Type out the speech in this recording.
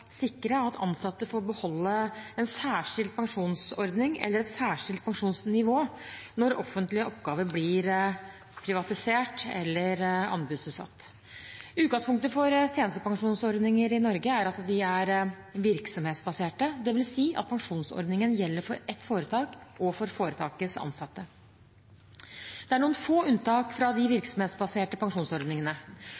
sikre at ansatte får beholde en særskilt pensjonsordning eller et særskilt pensjonsnivå når offentlige oppgaver blir privatisert eller anbudsutsatt. Utgangspunktet for tjenestepensjonsordninger i Norge er at de er virksomhetsbaserte, dvs. at pensjonsordningen gjelder for ett foretak og for foretakets ansatte. Det er noen få unntak fra de